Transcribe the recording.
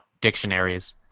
dictionaries